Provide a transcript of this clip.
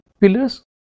pillars